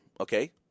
okay